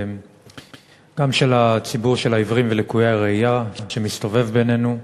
גם של הציבור לעיוורים ולקויי הראייה שמסתובבים בינינו.